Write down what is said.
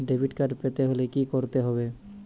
Debit card পেতে হলে কি করতে হবে?